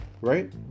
right